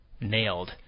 nailed